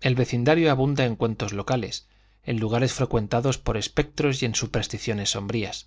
el vecindario abunda en cuentos locales en lugares frecuentados por espectros y en supersticiones sombrías